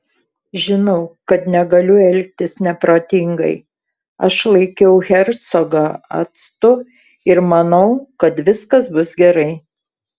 žinau kad negaliu elgtis neprotingai aš laikiau hercogą atstu ir manau kad viskas bus gerai